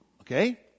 okay